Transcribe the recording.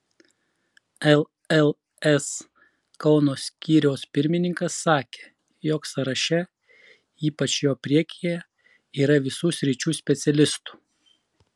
lls kauno skyriaus pirmininkas sakė jog sąraše ypač jo priekyje yra visų sričių specialistų